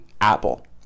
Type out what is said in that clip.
Apple